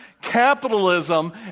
Capitalism